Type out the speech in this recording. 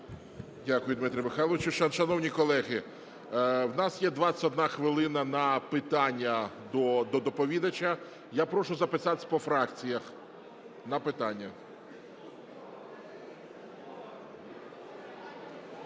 Дякую, Дмитре Михайловичу. Шановні колеги, в нас є 21 хвилина на питання до доповідача. Я прошу записатись по фракціях на питання.